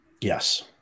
Yes